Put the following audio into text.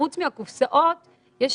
אנחנו נבקש לדעת למה בקופת חולים כן וכשזה